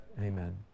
amen